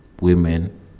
women